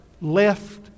left